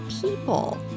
people